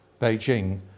Beijing